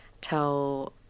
tell